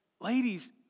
ladies